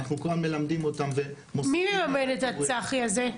אנחנו כל הזמן מלמדים אותם --- מי מממן את הצח"י הזה?